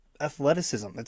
athleticism